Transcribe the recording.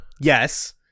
Yes